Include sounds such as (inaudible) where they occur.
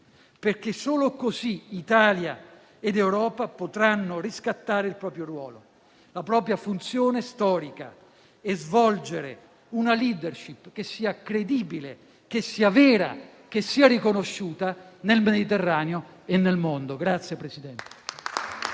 perché solo così l'Italia e l'Europa potranno riscattare il proprio ruolo e la propria funzione storica e svolgere una *leadership* che sia credibile, vera e riconosciuta, nel Mediterraneo e nel mondo. (applause)